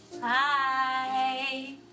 Bye